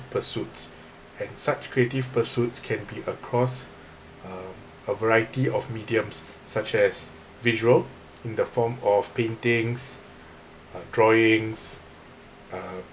pursuits and such creative pursuits can be across um a variety of mediums such as visual in the form of paintings uh drawings uh